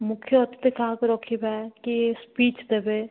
ମୁଖ୍ୟ ଅତିଥି କାହାକୁ ରଖିବା କିଏ ସ୍ପିଚ୍ ଦେବେ